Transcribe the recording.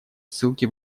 ссылки